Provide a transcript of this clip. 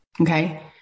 Okay